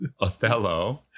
Othello